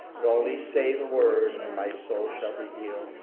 but only say the word and my soul shall be healed.